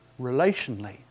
relationally